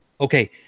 okay